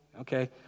okay